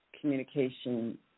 communication